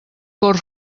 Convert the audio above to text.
cor